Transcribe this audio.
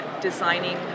designing